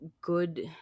good